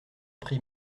prie